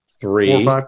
three